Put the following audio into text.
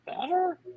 better